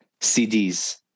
CDs